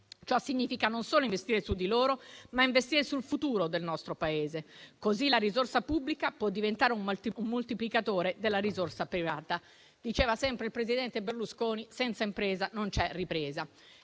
Ciò significa non solo investire su di loro, ma anche investire sul futuro del nostro Paese. Così la risorsa pubblica può diventare un moltiplicatore della risorsa privata. Diceva sempre il presidente Berlusconi: senza impresa non c'è ripresa.